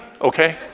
okay